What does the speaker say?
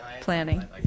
planning